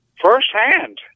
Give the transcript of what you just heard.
firsthand